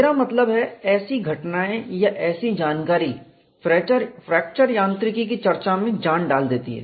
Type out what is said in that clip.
मेरा मतलब है ऐसी घटनाएं या ऐसी जानकारी फ्रैक्चर यांत्रिकी की चर्चा में जान डाल देती है